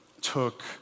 Took